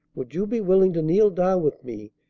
would you be willing to kneel down with me,